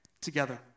together